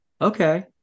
Okay